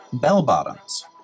bell-bottoms